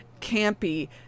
campy